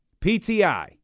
pti